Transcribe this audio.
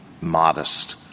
modest